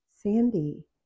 Sandy